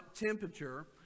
temperature